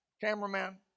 cameraman